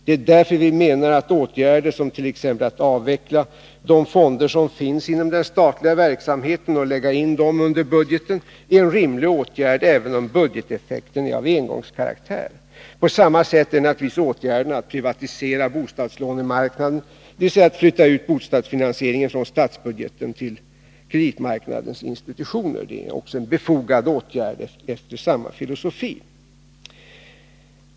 Det är därför vi menar att åtgärder som t.ex. att avveckla de fonder som finns inom den statliga verksamheten och lägga in dem under budgeten är en rimlig åtgärd även om budgeteffekten är av engångskaraktär. På samma sätt är naturligtvis åtgärderna att privatisera bostadslånemarknaden, dvs. att flytta ut bostadsfinansieringen från statsbudgeten till kreditmarknadens institutioner, befogade enligt samma filosofi.